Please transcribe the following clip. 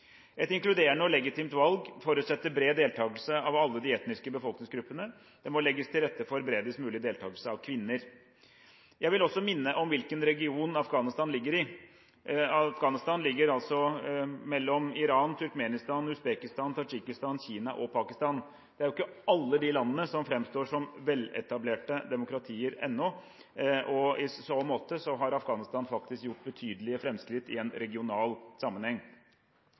Et inkluderende og legitimt valg forutsetter bred deltakelse av alle de etniske befolkningsgruppene. Det må legges til rette for bredest mulig deltakelse av kvinner. Jeg vil også minne om hvilken region Afghanistan ligger i. Afghanistan ligger mellom Iran, Turkmenistan, Usbekistan, Tadsjikistan, Kina og Pakistan. Det er jo ikke alle de landene som framstår som veletablerte demokratier ennå. I så måte har Afghanistan faktisk gjort betydelige framskritt i en regional sammenheng.